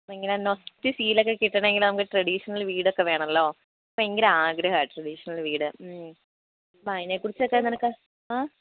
ഭയങ്കര നൊസ്റ്റു ഫീൽ ഒക്കെ കിട്ടണമെങ്കിൽ നമുക്ക് ട്രഡീഷണൽ വീടൊക്കേ വേണമല്ലോ ഭയങ്കര ആഗ്രഹമാണ് ട്രഡീഷണൽ വീട് മ്മ് അപ്പോൾ അതിനെ കുറിച്ചൊക്കെ നിനക്ക്